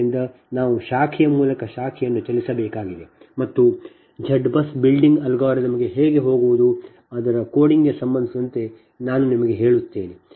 ಆದ್ದರಿಂದ ನಾವು ಶಾಖೆಯ ಮೂಲಕ ಶಾಖೆಯನ್ನು ಚಲಿಸಬೇಕಾಗಿದೆ ಮತ್ತು Z BUS ಬಿಲ್ಡಿಂಗ್ ಅಲ್ಗಾರಿದಮ್ಗೆ ಹೇಗೆ ಹೋಗುವುದು ಆದರೆ ಕೋಡಿಂಗ್ಗೆ ಸಂಬಂಧಿಸಿದಂತೆ ನಾನು ನಿಮಗೆ ಹೇಳುತ್ತೇನೆ